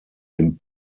den